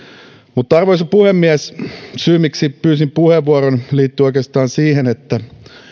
mutta arvoisa puhemies syy miksi pyysin puheenvuoron liittyy oikeastaan siihen että